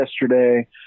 yesterday